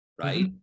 right